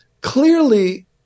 clearly